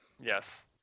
Yes